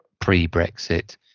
pre-Brexit